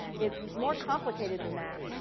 it's more complicated than that.